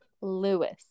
Lewis